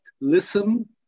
listen